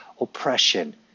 Oppression